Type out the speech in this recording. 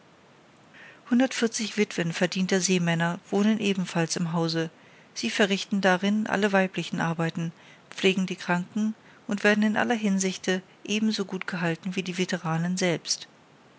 hundertvierzig witwen verdienter seemänner wohnen ebenfalls im hause sie verrichten darin alle weiblichen arbeiten pflegen die kranken und werden in aller hinsichte ebenso gut gehalten als die veteranen selbst